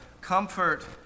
comfort